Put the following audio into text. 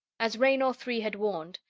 as raynor three had warned,